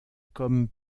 comme